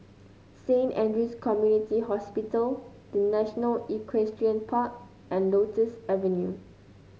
Saint Andrew's Community Hospital The National Equestrian Park and Lotus Avenue